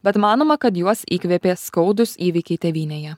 bet manoma kad juos įkvėpė skaudūs įvykiai tėvynėje